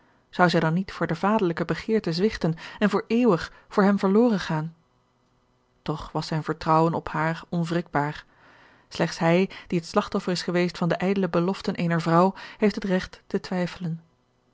zou zij dan niet voor de vaderlijke begeerte zwichten en voor eeuwig voor hem verloren gaan toch was zijn vertrouwen op haar onwrikbaar slechts hij die het slagtoffer is geweest van de ijdele beloften eener vrouw heeft het regt te twijfelen